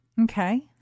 Okay